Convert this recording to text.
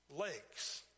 lakes